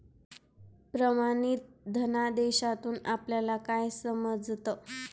प्रमाणित धनादेशातून आपल्याला काय समजतं?